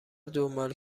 دنبال